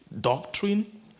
doctrine